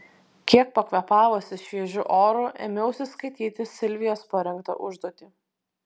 kiek pakvėpavusi šviežiu oru ėmiausi skaityti silvijos parengtą užduotį